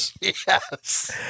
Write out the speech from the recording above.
yes